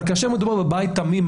אבל כאשר מדובר בבית תמים,